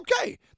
okay